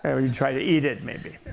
and when you try to eat it maybe.